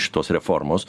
šitos reformos